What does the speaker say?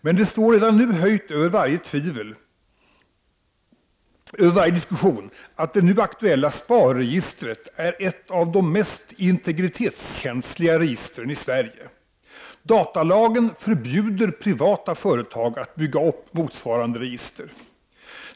Men det står redan nu höjt över varje diskussion att det nu aktuella SPAR registret är ett av de mest integritetskänsliga registren i Sverige. Datalagen förbjuder privata företag att bygga upp motsvarande register.